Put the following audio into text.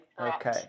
Okay